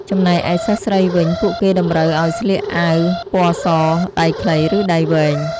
ចំណែកឯសិស្សស្រីវិញ ពួកគេតម្រូវឲ្យស្លៀកអាវពណ៌ស ដៃខ្លី ឬដៃវែង។